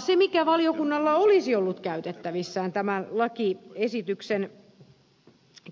se mikä valiokunnalla olisi ollut käytettävissään tämän lakiesityksen